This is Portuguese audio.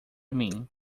mim